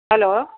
hello